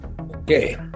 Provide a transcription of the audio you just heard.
Okay